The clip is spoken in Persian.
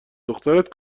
دخترت